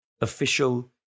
official